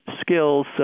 skills